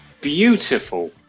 Beautiful